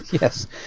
Yes